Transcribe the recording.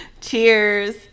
Cheers